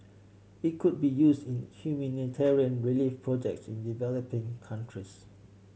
it could be use in humanitarian relief projects in developing countries